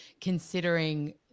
considering